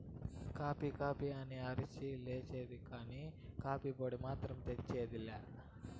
coffee coffee అని అరస్తా లేసేదే కానీ, కాఫీ పొడి మాత్రం తెచ్చేది లా